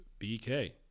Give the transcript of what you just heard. BK